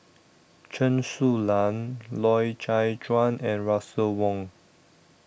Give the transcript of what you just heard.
Chen Su Lan Loy Chye Chuan and Russel Wong